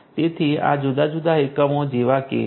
તેથી આ જુદા જુદા એકમો જેવા છે